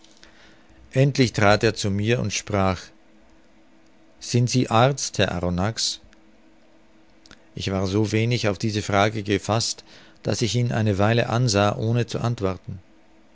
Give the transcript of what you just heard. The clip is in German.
endlich trat er zu mir und sprach sind sie arzt herr arronax ich war so wenig auf diese frage gefaßt daß ich ihn eine weile ansah ohne zu antworten